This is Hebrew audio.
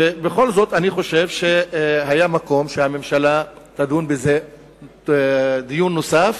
ובכל זאת אני חושב שהיה מקום שהממשלה תדון בזה דיון נוסף,